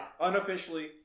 Unofficially